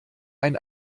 ein